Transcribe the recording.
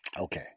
okay